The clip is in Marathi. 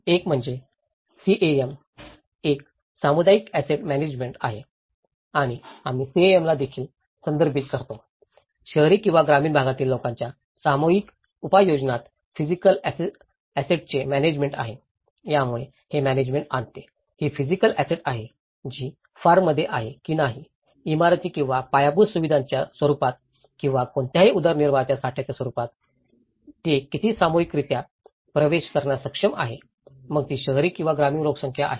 एक म्हणजे सीएएम एक सामुदायिक ऍसेट म्यानेजमेंट आहे आणि आम्ही सीएएम ला देखील संदर्भित करतो शहरी किंवा ग्रामीण भागातील लोकांच्या सामूहिक उपयोगात फिजिकल ऍसेटंचे म्यानेजमेंट आहे यामुळे हे म्यानेजमेंट आणते ही फिजिकल ऍसेट आहे जी फॉर्ममध्ये आहे की नाही इमारती किंवा पायाभूत सुविधांच्या स्वरूपात किंवा कोणत्याही उदरनिर्वाहाच्या साठाच्या रूपात ते किती सामूहिकरित्या प्रवेश करण्यास सक्षम आहेत मग ती शहरी किंवा ग्रामीण लोकसंख्या आहे